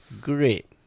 great